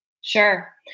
Sure